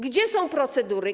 Gdzie są procedury?